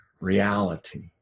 reality